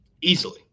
Easily